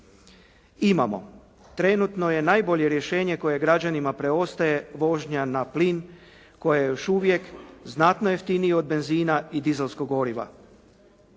Imamo, trenutno je najbolje rješenje koje građanima preostaje vožnja na plin koja je još uvijek znatno jeftinija od benzina i dieselskog goriva.